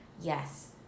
Yes